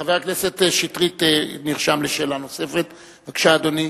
חבר הכנסת שטרית נרשם לשאלה נוספת, בבקשה, אדוני.